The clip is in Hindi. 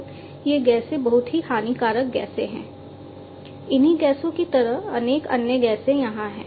तो ये गैसें बहुत ही हानिकारक गैसें हैं इन्हीं गैसों की तरह अनेक अन्य गैसें यहां हैं